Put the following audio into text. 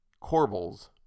Corbels